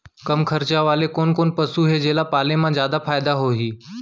कम खरचा वाले कोन कोन पसु हे जेला पाले म जादा फायदा होही?